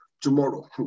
tomorrow